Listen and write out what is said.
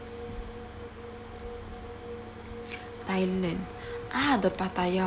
thailand ah the pattaya